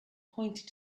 pointed